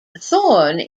thorne